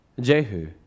Jehu